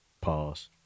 Pause